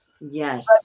Yes